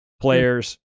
players